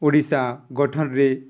ଓଡ଼ିଶା ଗଠନରେ